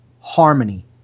harmony